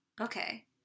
Okay